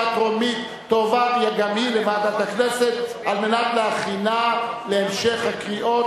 טרומית ותעבור גם היא לוועדת הכנסת על מנת להכינה להמשך הקריאות,